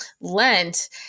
Lent